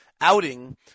outing